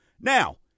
Now